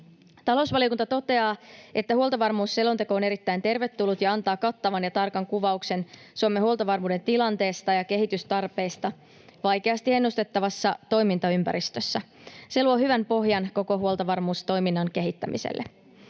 Talousvaliokunta toteaa, että huoltovarmuusselonteko on erittäin tervetullut ja antaa kattavan ja tarkan kuvauksen Suomen huoltovarmuuden tilanteesta ja kehitystarpeista vaikeasti ennustettavassa toimintaympäristössä. Se luo hyvän pohjan koko huoltovarmuustoiminnan kehittämiselle.